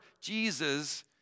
Jesus